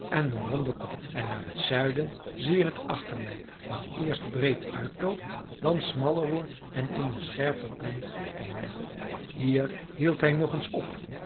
en den ronden kop en naar t zuiden zie je t achterlijf dat eerst breed uitloopt dan smaller wordt en in een scherpe punt eindigt hier hield hij nog eens op